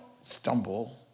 stumble